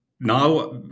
Now